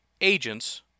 agents